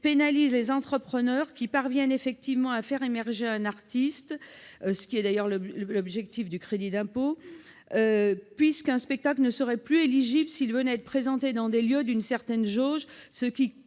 pénaliserait les entrepreneurs qui parviennent effectivement à faire émerger un artiste- c'est l'objectif même du crédit d'impôt -puisqu'un spectacle ne serait plus éligible s'il venait à être présenté dans des lieux d'une certaine jauge, ce qui